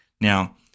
Now